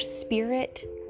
spirit